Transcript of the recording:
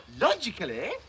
logically